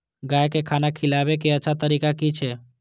गाय का खाना खिलाबे के अच्छा तरीका की छे?